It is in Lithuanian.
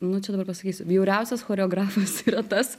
nu čia dabar pasakysiu bjauriausias choreografas yra tas